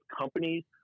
companies